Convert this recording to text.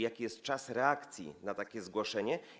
Jaki jest czas reakcji na takie zgłoszenie?